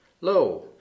Lo